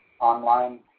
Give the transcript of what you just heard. online